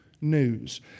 news